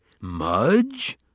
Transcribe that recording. Mudge